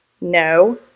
No